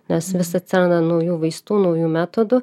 nes vis atsiranda naujų vaistų naujų metodų